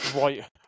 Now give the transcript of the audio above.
right